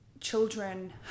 children